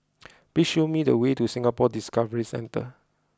please show me the way to Singapore Discovery Centre